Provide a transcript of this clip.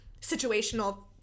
situational